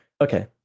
Okay